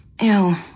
Ew